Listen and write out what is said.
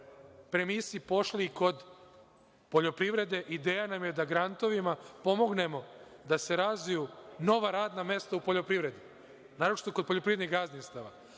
premisi pošli i kod poljoprivrede. Ideja nam je da grantovima pomognemo da se razviju nova radna mesta u poljoprivredi, naročito kod poljoprivrednih gazdinstava. Zajedno